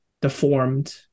deformed